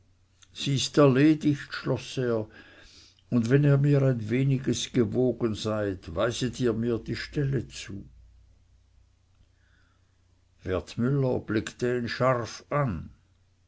sie ist erledigt schloß er und wenn ihr mir ein weniges gewogen seid weiset ihr mir die stelle zu wertmüller blickte ihn scharf an